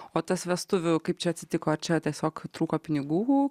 o tas vestuvių kaip čia atsitiko čia tiesiog trūko pinigų